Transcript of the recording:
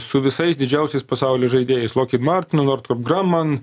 su visais didžiausiais pasauly žaidėjais lokin martinu nord tob graman